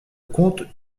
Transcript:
comte